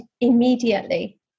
immediately